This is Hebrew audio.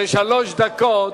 זה שלוש דקות.